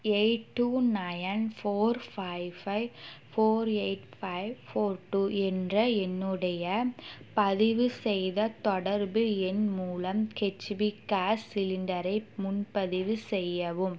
eight two nine four five five four eight five four two என்ற என்னுடைய பதிவுசெய்த தொடர்பு எண் மூலம் ஹெச்பி கேஸ் சிலிண்டரை முன்பதிவு செய்யவும்